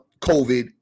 COVID